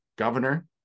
governor